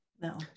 No